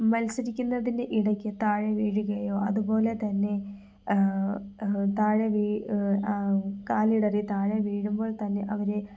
മത്സരിക്കുന്നതിൻ്റെ ഇടയ്ക്ക് താഴെ വീഴുകയോ അതുപോലെ തന്നെ താഴെ വീ കാലിടറി താഴെ വീഴുമ്പോൾ തന്നെ അവരെ